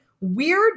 weird